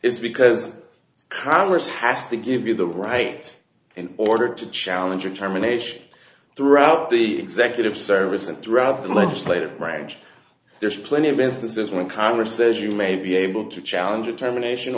is because congress has to give you the right and order to challenge or terminations throughout the section of service and throughout the legislative branch there's plenty of instances when congress says you may be able to challenge a termination